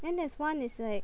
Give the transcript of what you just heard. then there's one is like